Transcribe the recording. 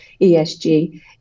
ESG